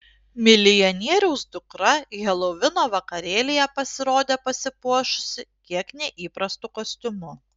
milijonieriaus dukra helovino vakarėlyje pasirodė pasipuošusi kiek neįprastu kostiumu